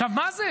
עכשיו, מה זה?